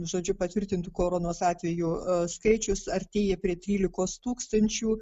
žodžiu patvirtintų koronos atvejų skaičius artėja prie trylikos tūkstančių